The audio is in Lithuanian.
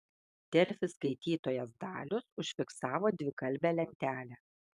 delfi skaitytojas dalius užfiksavo dvikalbę lentelę